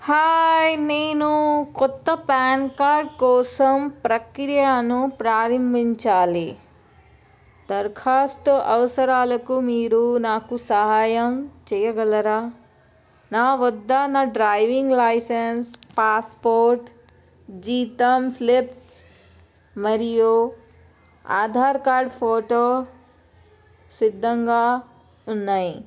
hi నేను కొత్త PAN card కోసం ప్రక్రియను ప్రారంభించాలి దరఖాస్తు అవసరాలకు మీరు నాకు సహాయం చెయ్యగలరా నా వద్ద నా డ్రైవింగ్ లైసెన్స్ పాస్పోర్ట్ జీతం స్లిప్ మరియు ఆధార్ కార్డ్ ఫోటో సిద్ధంగా ఉన్నాయి